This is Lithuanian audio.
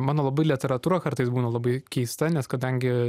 mano labai literatūra kartais būna labai keista nes kadangi